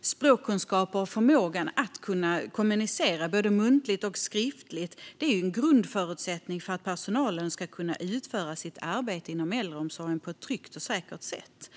Språkkunskaper och förmåga att kommunicera både muntligt och skriftligt är en grundförutsättning för att personalen ska kunna utföra sitt arbete inom äldreomsorgen på ett tryggt och säkert sätt.